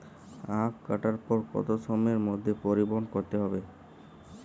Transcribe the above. আখ কাটার পর কত সময়ের মধ্যে পরিবহন করতে হবে?